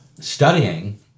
studying